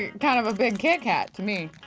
kind of a big kit-kat to me.